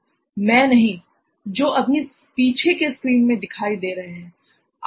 मैं नहीं जो अभी पीछे के स्क्रीन में दिखाई दे रहे है